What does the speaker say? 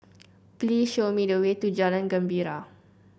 please show me the way to Jalan Gembira